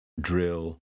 drill